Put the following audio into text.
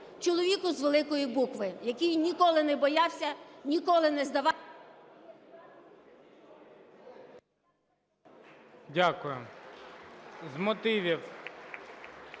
чоловіку з великої букви, який ніколи не боявся, ніколи не здавався...